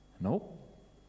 nope